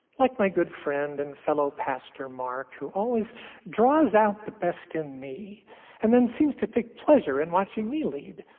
like my good friend and fellow pastor, mark, who always draws out the best in me and then seems to take pleasure in watching me lead.